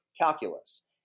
calculus